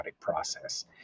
process